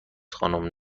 خانم